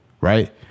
Right